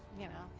you know?